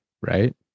Right